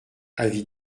avis